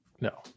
no